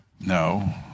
No